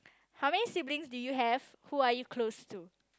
how many siblings do you have who are you close to